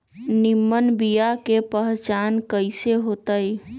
निमन बीया के पहचान कईसे होतई?